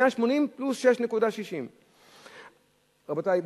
180 פלוס 6.60. רבותי,